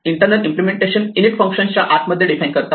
internal implementation in it function च्या आत मध्ये डिफाइन करतात